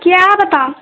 क्या बताऊँ